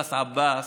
עבאס עבאס,